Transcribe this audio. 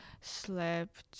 slept